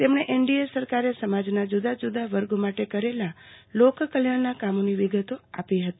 તેમણે એનડીએ સરકારે સમાજના જુદાજુદા વર્ગો માટે કરેલા લોકકલ્યાણના કામોની વિગતો આપી હતી